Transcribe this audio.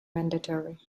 mandatory